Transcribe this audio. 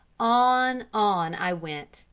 on, on i went,